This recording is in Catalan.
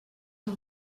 del